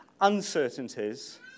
uncertainties